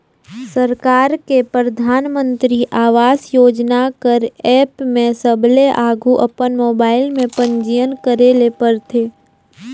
सरकार के परधानमंतरी आवास योजना कर एप में सबले आघु अपन मोबाइल में पंजीयन करे ले परथे